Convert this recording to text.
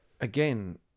again